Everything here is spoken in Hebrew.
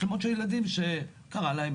שמות של ילדים שקרה להם